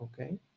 okay